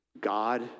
God